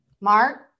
Mark